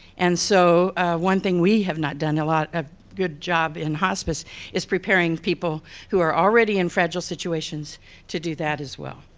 and so one thing we have not done a lot of good job in hospice is preparing people who are already in fragile situations to do that as well.